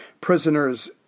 prisoners